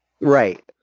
Right